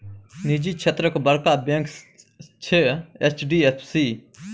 निजी क्षेत्रक बड़का बैंक छै एच.डी.एफ.सी